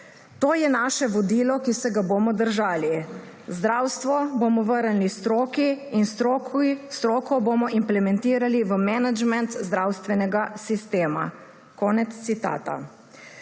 To je naše vodilo, ki se ga bomo držali, zdravstvo bomo vrnili stroki in stroko bomo implementirali v menedžment zdravstvenega sistema.« Po končani